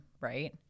right